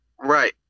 right